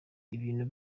ibintu